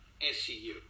SCU